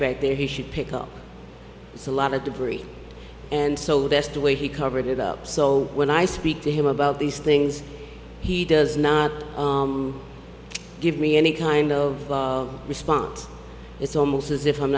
back there he should pick up a lot of debris and so the best way he covered it up so when i speak to him about these things he does not give me any kind of response it's almost as if i'm